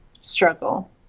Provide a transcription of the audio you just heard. struggle